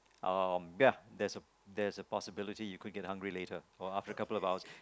um but ya there's a there's a possibility you could get hungry later or after a couple of hours